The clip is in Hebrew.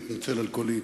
אני מתנצל על קולי.